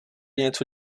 něco